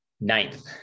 Ninth